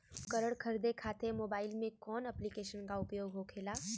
उपकरण खरीदे खाते मोबाइल में कौन ऐप्लिकेशन का उपयोग होखेला?